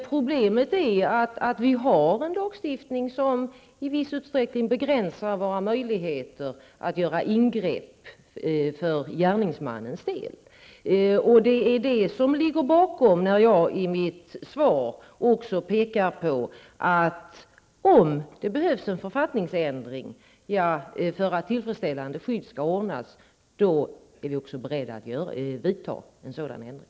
Problemet är att vi har en lagstiftning som i viss utsträckning begränsar våra möjligheter att göra ingrepp när det gäller gärningsmannen. Detta ligger bakom att jag i mitt svar pekar på att om det behövs en författningsändring för att tillfredsställande skydd skall kunna ordnas, är vi beredda att vidta en sådan ändring.